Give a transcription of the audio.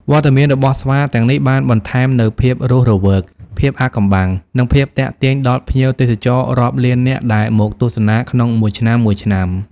វត្តមានរបស់ស្វាទាំងនេះបានបន្ថែមនូវភាពរស់រវើក ភាពអាថ៌កំបាំង និងភាពទាក់ទាញដល់ភ្ញៀវទេសចររាប់លាននាក់ដែលមកទស្សនាក្នុងមួយឆ្នាំៗ។